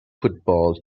football